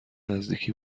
نزدیکی